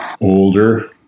older